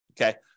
okay